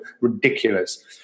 ridiculous